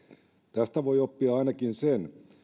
tästä voi oppia ainakin sen